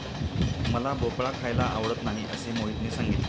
मला भोपळा खायला आवडत नाही असे मोहितने सांगितले